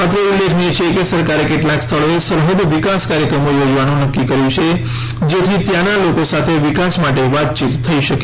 અત્રે ઉલ્લેખનીય છે કે સરકારે કેટલાંક સ્થળોએ સરહદ વિકાસ કાર્યક્રમો યોજવાનું નક્કી કર્યું છે જેથી ત્યાંનાં લોકો સાથે વિકાસ માટે વાતયીત થઈ શકે